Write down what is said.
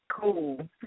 Cool